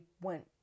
went